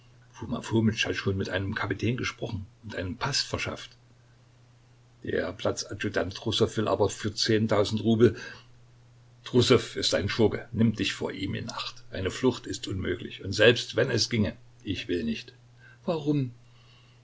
hat schon mit einem kapitän gesprochen und einen paß verschafft der platz adjutant trussow will aber für zehntausend rubel trussow ist ein schurke nimm dich vor ihm in acht eine flucht ist unmöglich und selbst wenn es ginge will ich nicht warum